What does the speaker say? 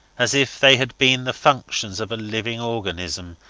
as if they had been the functions of a living organism,